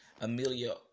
Amelia